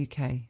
UK